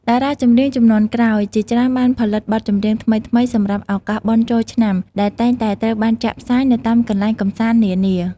តារាចម្រៀងជំនាន់ក្រោយជាច្រើនបានផលិតបទចម្រៀងថ្មីៗសម្រាប់ឱកាសបុណ្យចូលឆ្នាំ ដែលតែងតែត្រូវបានចាក់ផ្សាយនៅតាមកន្លែងកម្សាន្តនានា។